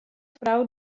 frou